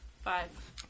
five